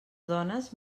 dones